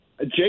jake